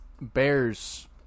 Bears